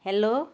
hello